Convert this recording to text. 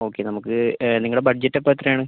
okay നമുക്ക് നിങ്ങളുടെ budget അപ്പം എത്രയാണ്